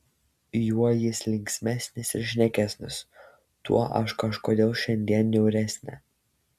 juo jis linksmesnis ir šnekesnis tuo aš kažkodėl šiandien niauresnė